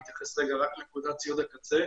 אני אתייחס רגע רק לנקודת ציוד הקצה,